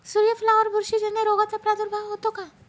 सूर्यफुलावर बुरशीजन्य रोगाचा प्रादुर्भाव होतो का?